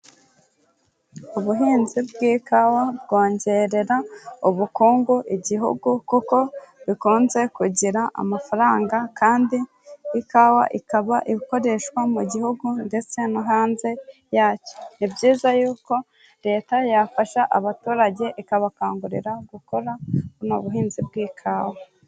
Ubuhinzi bw'ikawa bwongerera ubukungu igihugu, kuko bukunze kugira amafaranga kandi ikawa ikaba ikoreshwa mu gihugu ndetse no hanze yacyo. Ni byiza yuko Leta yafasha abaturage, ikabakangurira gukora ubuhinzi bw'ikawa.